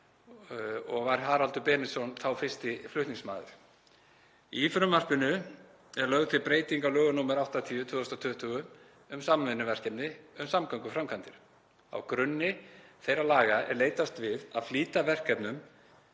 og var Haraldur Benediktsson þá fyrsti flutningsmaður. Í frumvarpinu er lögð til breyting á lögum nr. 80/2020, um samvinnuverkefni um samgönguframkvæmdir. Á grunni þeirra laga er leitast við að flýta verkefnum